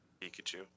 Pikachu